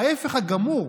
ההפך הגמור.